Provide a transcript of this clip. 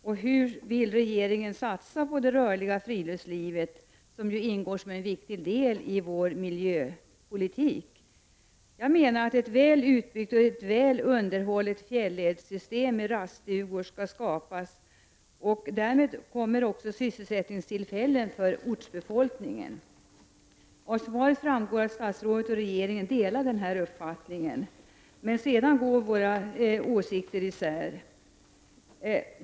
Och på vilket sätt vill regeringen satsa på det rörliga friluftslivet som ingår som en viktig del i vår miljöpolitik? Jag menar att ett väl utbyggt och ett väl underhållet fjälledssystem med raststugor skall skapas. Därmed skapas också sysselsättningstillfällen för ortsbefolkningen. Av svaret framgår att statsrådet och regeringen delar denna uppfattning. Men sedan går våra åsikter isär.